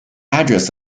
address